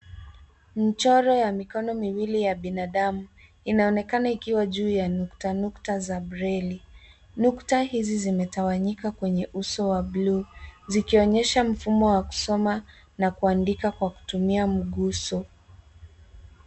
Mchoro ya mikono miwili ya binadamu. Inaonekana ikiwa juu ya nukta nukta za breli. Nukta hizi zimetawanyika kwenye uso wa blue .Zikionyesha mfumo wa kusoma na kuandika kwa kutumia mguso.